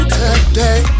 today